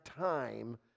time